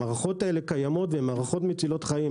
המערכות האלה קיימות והן מערכות מצילות חיים.